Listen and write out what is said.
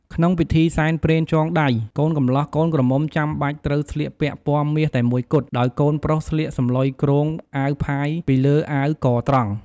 ក្នុងពិធីសែនព្រេនចងដៃ កូនកំលោះ កូនក្រមុំចាំបាច់ត្រូវស្លៀកពាក់ពណ៌មាសតែមួយគត់ ដោយកូនប្រុសស្លៀកសំឡុយគ្រង អាវផាយពីលើអាវកត្រង់។